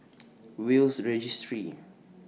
Will's Registry